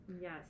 Yes